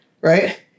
right